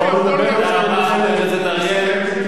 תודה רבה, חבר הכנסת אריאל.